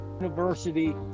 University